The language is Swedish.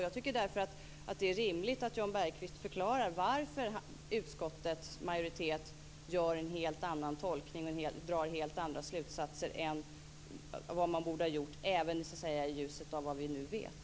Jag tycker därför att det är rimligt att Jan Bergqvist förklarar varför utskottets majoritet gör en helt annan tolkning och drar helt andra slutsatser om vad man borde ha gjort, även om det sker i ljuset av vad vi nu vet.